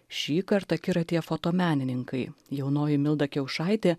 šįkart akiratyje fotomenininkai jaunoji milda kiaušaitė